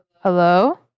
Hello